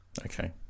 Okay